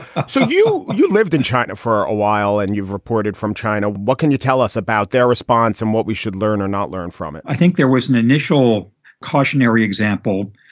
so you you lived in china for a while and you've reported from china. what can you tell us about their response and what we should learn or not learn from it? i think there was an initial cautionary example.